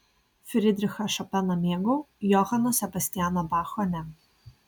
fridrichą šopeną mėgau johano sebastiano bacho ne